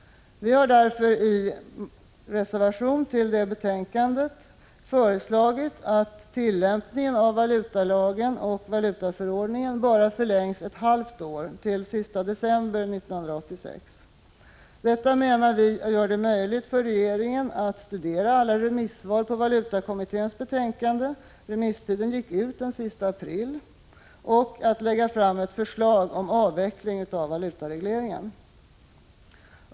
Vi har därför i reservation till betänkandet föreslagit att tillämpningen av valutalagen och valutaförordningen bara förlängs ett halvt år, till den 31 december 1986. Detta gör det möjligt för regeringen att studera alla remissvar på valutakommitténs betänkande — remisstiden gick ut den sista april — och att lägga fram ett förslag om avveckling av valutaregleringen.